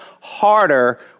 harder